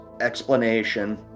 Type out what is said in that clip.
explanation